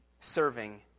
serving